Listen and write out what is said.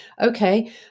Okay